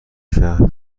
شهر